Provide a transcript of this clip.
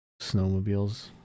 snowmobiles